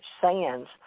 Sands